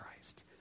Christ